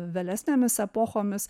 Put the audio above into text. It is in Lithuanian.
vėlesnėmis epochomis